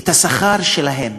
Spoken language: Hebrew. את השכר שלכם,